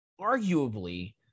arguably